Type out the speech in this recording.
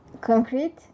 concrete